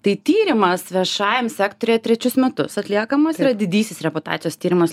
tai tyrimas viešajam sektoriuje trečius metus atliekamas yra didysis reputacijos tyrimas